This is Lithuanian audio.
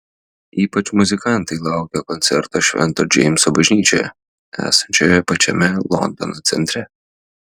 ypač muzikantai laukia koncerto švento džeimso bažnyčioje esančioje pačiame londono centre